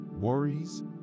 worries